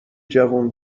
جوون